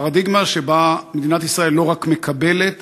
פרדיגמה שבה מדינת ישראל לא רק מקבלת,